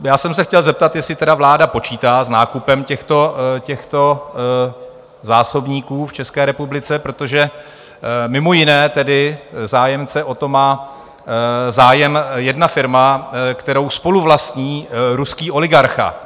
Já jsem se chtěl zeptat, jestli tedy vláda počítá s nákupem těchto zásobníků v České republice, protože mimo jiné tedy zájem o to má jedna firma, kterou spoluvlastní ruský oligarcha.